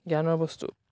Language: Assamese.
জ্ঞানৰ বস্তু